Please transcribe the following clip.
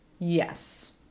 yes